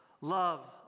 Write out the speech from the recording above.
love